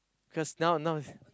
cause now now